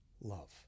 love